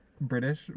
British